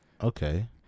Okay